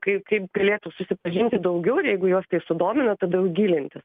kaip kaip galėtų susipažinti daugiauir jeigu juos tai sudomina tada jau gilintis